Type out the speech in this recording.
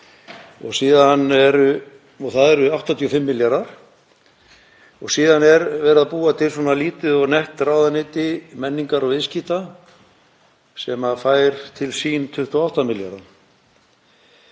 það eru 85 milljarðar, og síðan er verið að búa til svona lítið og nett ráðuneyti menningar og viðskipta sem fær til sín 28 milljarða.